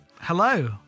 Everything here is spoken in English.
Hello